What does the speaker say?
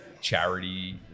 charity